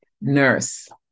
Nurse